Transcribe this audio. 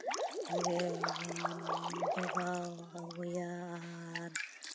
ᱨᱮᱵᱚᱱ ᱡᱳᱜᱟᱣ ᱟᱹᱜᱩᱭᱟ ᱟᱨ